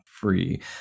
free